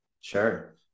Sure